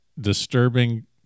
disturbing